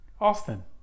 austin